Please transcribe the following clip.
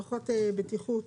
מערכות בטיחות